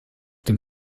dem